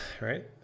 right